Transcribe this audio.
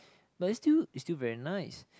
but is still is still very nice